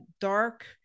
dark